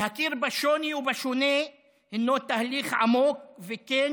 להכיר בשוני ובשונה הינו תהליך עמוק וכן